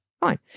fine